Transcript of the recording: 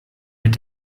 mit